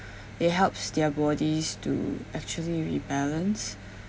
it helps their bodies to actually rebalance